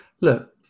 Look